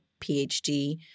PhD